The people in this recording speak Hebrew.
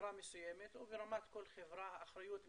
חברה מסוימת או ברמת כל חברה האחריות מתחלקת,